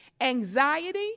anxiety